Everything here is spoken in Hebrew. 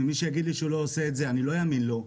מי שיגיד לי שהוא לא עושה את זה, אני לא אאמין לו.